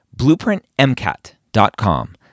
BlueprintMCAT.com